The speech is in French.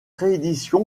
réédition